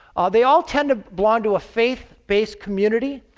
they all tend to belong to a faith-based community,